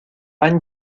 han